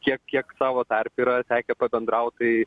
tiek kiek savo tarpe yra tekę pabendraut tai